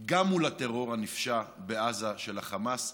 גם מול הטרור הנפשע בעזה של החמאס,